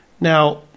now